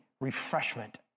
refreshment